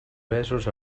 besos